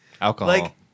Alcohol